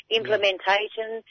implementation